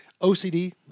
OCD